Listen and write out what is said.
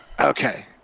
Okay